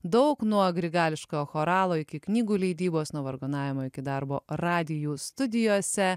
daug nuo grigališkojo choralo iki knygų leidybos nuo vargonavimo iki darbo radijų studijose